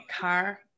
car